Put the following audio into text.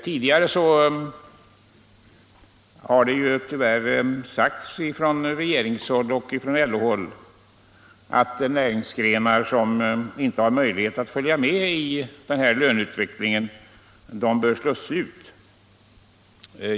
Tidigare har det tyvärr sagts från regeringshåll och från LO-håll att näringsgrenar som inte har möjlighet att följa med i löneutvecklingen bör slås ut.